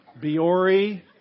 Biore